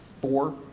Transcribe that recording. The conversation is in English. four